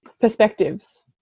perspectives